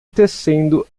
tecendo